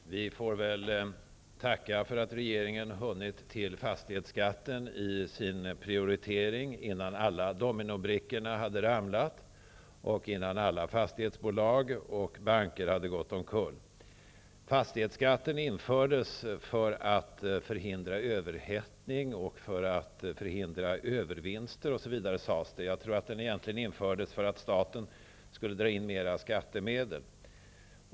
Fru talman! Vi får väl tacka för att regeringen hunnit till fastighetsskatten i sin prioritering innan alla dominobrickor hade ramlat och innan alla fastighetsbolag och banker hade gått omkull. Orsaken till att man införde fastighetsskatten sades vara att man ville förhindra överhettning, förhindra övervinster, osv., men jag tror att den egentliga orsaken var att staten skulle dra in mer skattemedel.